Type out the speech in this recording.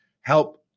help